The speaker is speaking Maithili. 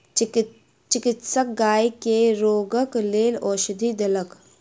चिकित्सक गाय के रोगक लेल औषधि देलक